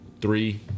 Three